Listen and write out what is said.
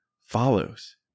follows